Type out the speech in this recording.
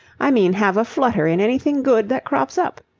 i mean have a flutter in anything good that crops up.